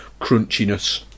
crunchiness